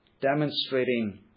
demonstrating